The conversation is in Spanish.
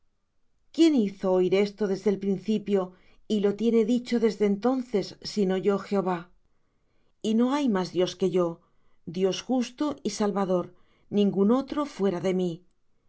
quién hizo oir esto desde el principio y lo tiene dicho desde entonces sino yo jehová y no hay más dios que yo dios justo y salvador ningún otro fuera de mí